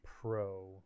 pro